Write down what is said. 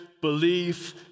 belief